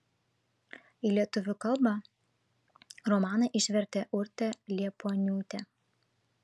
į lietuvių kalbą romaną išvertė urtė liepuoniūtė